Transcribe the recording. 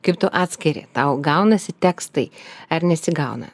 kaip tu atskiri tau gaunasi tekstai ar nesigauna